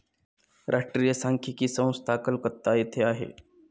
राष्ट्रीय सांख्यिकी संस्था कलकत्ता येथे आहे